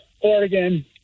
Oregon